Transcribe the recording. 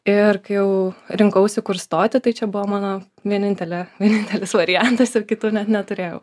ir kai jau rinkausi kur stoti tai čia buvo mano vienintelė vienintelis variantas ir kitų net neturėjau